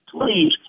Please